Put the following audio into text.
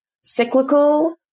cyclical